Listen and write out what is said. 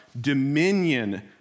dominion